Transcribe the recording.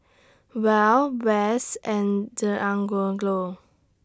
Wells West and Deangelo